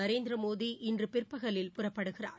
நரேந்திர மோடி இன்று பிற்பகலில் புறப்படுகிறார்